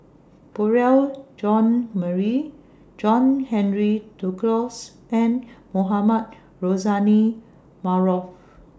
Beurel John Marie John Henry Duclos and Mohamed Rozani Maarof